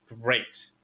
Great